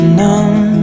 numb